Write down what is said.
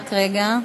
רק רגע.